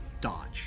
dodge